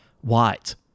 White